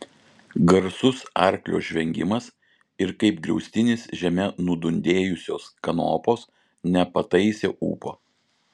garsus arklio žvengimas ir kaip griaustinis žeme nudundėjusios kanopos nepataisė ūpo